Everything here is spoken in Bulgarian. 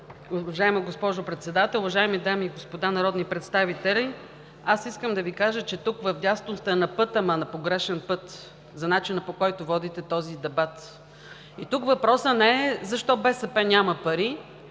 Уважаема госпожо Председател, уважаеми дами и господа народни представители! Аз искам да Ви кажа, че тук вдясно сте на път – ама на погрешен път, за начина, по който водите този дебат. Тук въпросът не е защо БСП няма пари,